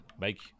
make